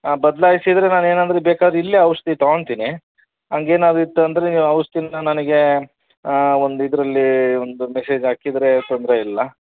ಬದಲಾಯಿಸಿದ್ರೆ ನಾನು ಏನಾದ್ರೂ ಬೇಕಾದರೆ ಇಲ್ಲೆ ಔಷಧಿ ತೊಗೊತೀನಿ ಹಂಗೇನಾದ್ರು ಇತ್ತು ಅಂದರೆ ನೀವು ಔಷಧಿನ ನನಗೆ ಒಂದು ಇದರಲ್ಲಿ ಒಂದು ಮೆಸೇಜ್ ಹಾಕಿದರೆ ತೊಂದರೆ ಇಲ್ಲ